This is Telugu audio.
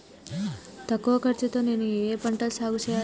తక్కువ ఖర్చు తో నేను ఏ ఏ పంటలు సాగుచేయాలి?